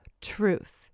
truth